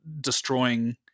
destroying